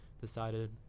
decided